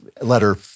letter